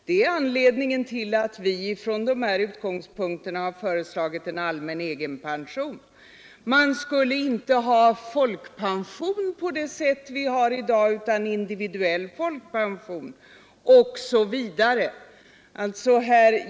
Detta är anledningen till att folkpartiet från dessa utgångspunkter har föreslagit en allmän egenpension. Folkpensionen skulle inte utgå på det sätt den gör i dag, utan vi skulle få individuell folkpension osv.